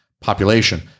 population